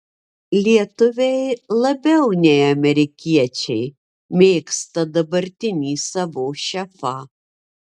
lietuviai labiau nei amerikiečiai mėgsta dabartinį savo šefą